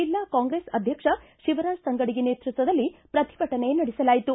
ಜಿಲ್ಲಾ ಕಾಂಗ್ರೆಸ್ ಅಧ್ಯಕ್ಷ ಶಿವರಾಜ ತಂಗಡಗಿ ನೇತೃತ್ವದಲ್ಲಿ ಪ್ರತಿಭಟನೆ ನಡೆಸಲಾಯಿತು